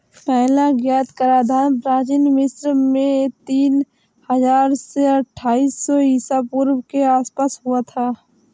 पहला ज्ञात कराधान प्राचीन मिस्र में तीन हजार से अट्ठाईस सौ ईसा पूर्व के आसपास हुआ था